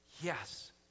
yes